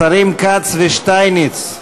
השרים כץ ושטייניץ.